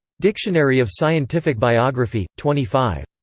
dictionary of scientific biography. twenty five.